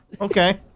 okay